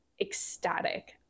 ecstatic